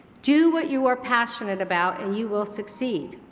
do what you are passionate about and you will succeed.